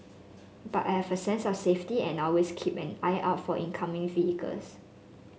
but I have a sense of safety and I always keep an eye out for incoming vehicles